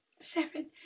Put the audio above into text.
seven